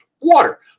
water